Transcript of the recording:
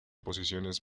posiciones